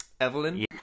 Evelyn